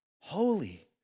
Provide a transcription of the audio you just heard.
Holy